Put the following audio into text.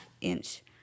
inch